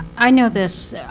i know this